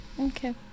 Okay